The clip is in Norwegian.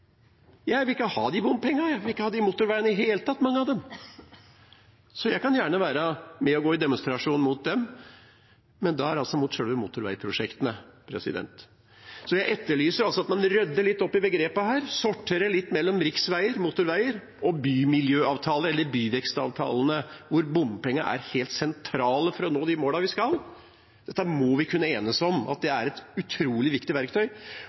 Jeg vil ikke ha de bompengene, jeg. Jeg vil ikke ha mange av de motorveiene i det hele tatt, så jeg kan gjerne være med og gå i demonstrasjon mot dem, men da er det mot selve motorveiprosjektene. Jeg etterlyser at man rydder opp i begrepene, sorterer litt mellom riksveier, motorveier og bymiljøavtaler, eller byvekstavtalene, hvor bompengene er helt sentrale for å nå de målene vi skal nå. Vi må kunne enes om at det er et utrolig viktig verktøy.